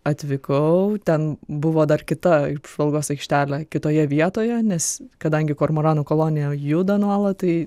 atvykau ten buvo dar kita apžvalgos aikštelė kitoje vietoje nes kadangi kormoranų kolonija juda nuolat tai